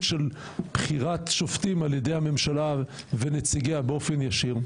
של בחירת שופטים על-ידי הממשלה ונציגיה באופן ישיר,